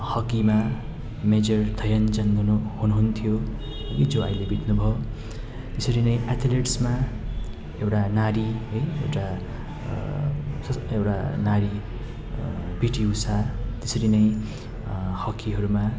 हकीमा Major Dhyanchand हुनु हुनुहुन्थ्यो ऊ चाहिँ अहिले बित्नुभयो त्यसरी नै एथलिस्टमा एउटा नारी है एउटा एउटा नारी पिटी ऊषा त्यसरी नै हकीहरूमा